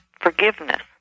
forgiveness